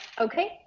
okay